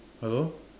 hello